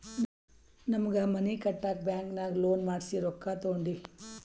ನಮ್ಮ್ಗ್ ಮನಿ ಕಟ್ಟಾಕ್ ಬ್ಯಾಂಕಿನಾಗ ಲೋನ್ ಮಾಡ್ಸಿ ರೊಕ್ಕಾ ತೊಂಡಿವಿ